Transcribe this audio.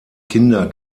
kinder